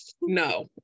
no